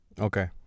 Okay